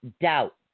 doubt